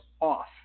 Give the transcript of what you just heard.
off